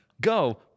go